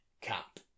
Cap